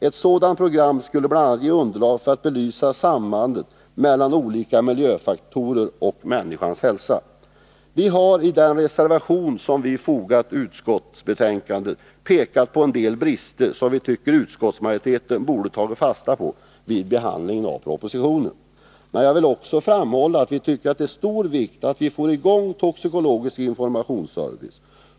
Ett sådant program skulle bl.a. ge underlag för att belysa sambandet mellan olika miljöfaktorer och människans hälsa. I den reservation som vi fogat till utskottsbetänkandet har vi pekat på en del brister som vi tycker att utskottsmajoriteten borde ha tagit fasta på vid behandlingen av propositionen. Men jag vill också framhålla att vi tycker att det är av stor vikt att vi får i gång en toxikologisk informationsservice.